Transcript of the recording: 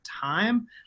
time